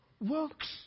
works